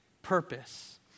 Purpose